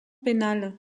pénales